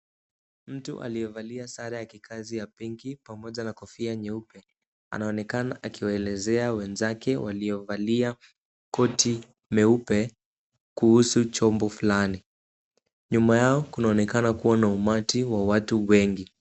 Mtu aliyevalia sare ya kikazi ya pinki amoja na kofia nyeupe, anaonekana akiwelezea wenzake waliovalia koti meupe, kuhusu chombo fulani. Nyuma yao kunaonekana kuwa na umati wa watu wengi.